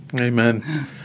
Amen